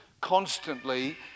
constantly